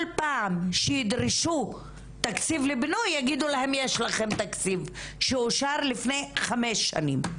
כל פעם שידרשו תקציב לבינוי יגידו שיש כבר תקציב שאושר לפני חמש שנים.